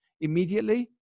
immediately